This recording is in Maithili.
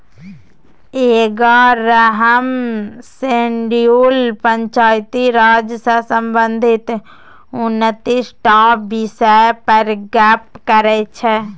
एगारहम शेड्यूल पंचायती राज सँ संबंधित उनतीस टा बिषय पर गप्प करै छै